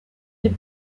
des